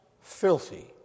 filthy